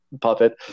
Puppet